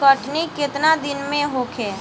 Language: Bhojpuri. कटनी केतना दिन में होखे?